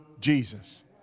Jesus